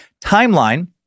timeline